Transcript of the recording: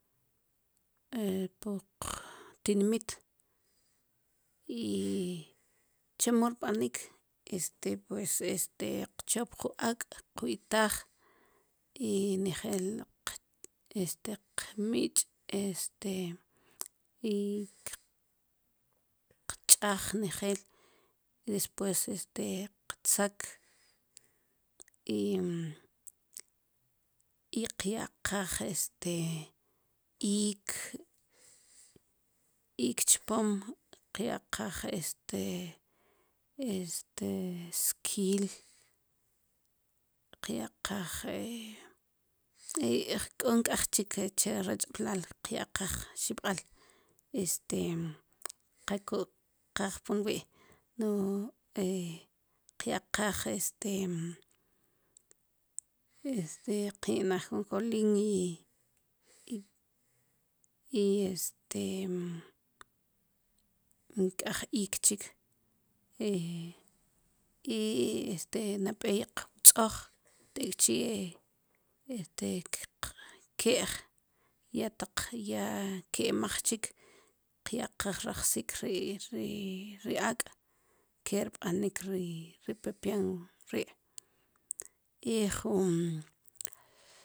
E pqtinimit i chemo rb'anik este pues este qchop jun ak' qwitaaj i nejel este qmich' este i qch'aj nejel despues este qtzak i qyaqaj este iik' chpom qyaqaj este este skiil qyaqaj k'o nk'ej chik che rochb'laal qyaqaj xib'al este qa koqaaj pinwi' nuj e qyaqaj este este ki majunkoline i este nk'ej iik chik i este nab'ey qwtz'ooj tek'chi este qke'j ya taq ya kema'j chik kyaqaj rajsik ri ri ak' ke rb'anik ri pepian ri' i jun